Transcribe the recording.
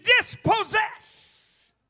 dispossess